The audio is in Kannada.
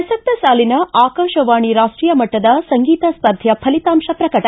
ಪ್ರಸಕ್ತ ಸಾಲಿನ ಆಕಾಶವಾಣಿ ರಾಷ್ಟೀಯ ಮಟ್ಟದ ಸಂಗೀತ ಸ್ಪರ್ಧೆಯ ಫಲಿತಾಂಶ ಪ್ರಕಟ